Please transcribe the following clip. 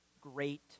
great